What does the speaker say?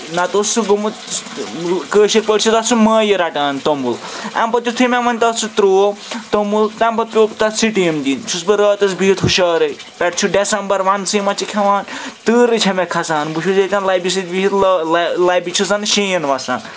نَتہٕ اوس سُہ گوٚمُت کٲشِرۍ پٲٹھۍ چھُس تتھ سُہ مٲیہِ رَٹان توٚمُل اَمہِ پَتہٕ یُتھُے مےٚ وۄنۍ تَتھ سُہ ترٛوو توٚمُل تمہِ پَتہٕ پٮ۪وو تَتھ سِٹیٖم دِنۍ چھُس بہٕ راتَس بِہِتھ ہُشارے پٮ۪ٹھٕ چھُ ڈیسمبَر وَنٛدسٕے منٛز چھِ کھٮ۪وان تۭرٕے چھےٚ مےٚ کھَسان بہٕ چھُس ییٚتٮ۪ن لَبہِ سۭتۍ بِہِتھ لَبہِ چھُس زَنہٕ شیٖن وَسان